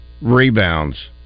rebounds